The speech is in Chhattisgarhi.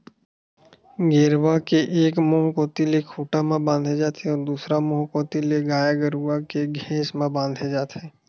गेरवा के एक मुहूँ कोती ले खूंटा म बांधे जाथे अउ दूसर मुहूँ कोती ले गाय गरु के घेंच म बांधे जाथे